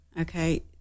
okay